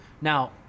Now